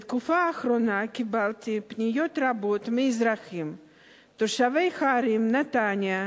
בתקופה האחרונה קיבלתי פניות רבות מאזרחים תושבי הערים נתניה,